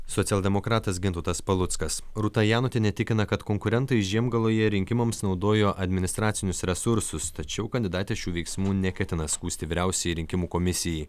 socialdemokratas gintautas paluckas rūta janutienė tikina kad konkurentai žiemgaloje rinkimams naudojo administracinius resursus tačiau kandidatė šių veiksmų neketina skųsti vyriausiajai rinkimų komisijai